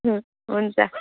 हुन्छ